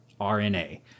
RNA